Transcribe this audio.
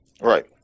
Right